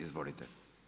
Izvolite.